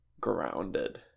grounded